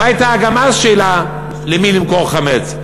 גם לא הייתה אז שאלה למי למכור חמץ,